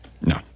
No